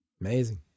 Amazing